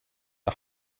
are